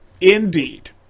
Indeed